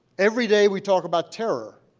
every day we talk about terror.